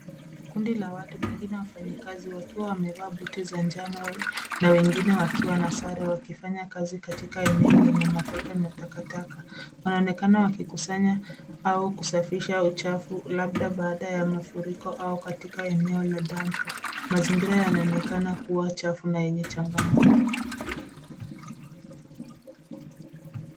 Kundi la watu pengine wafanyikazi wakiwa wamevaa buti za njano, na wengine wakiwa na sare wakifanya kazi katika eneo lenye matope na takataka. Wanaonekana wakikusanya au kusafisha uchafu labda baada ya mafuriko au katika eneo la dampo. Mazingira yanaoenkana kuwa chafu na yenye changamoto.